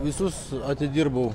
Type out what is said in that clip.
visus atidirbau